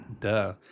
Duh